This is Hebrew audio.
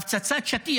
הפצצת שטיח.